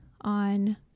on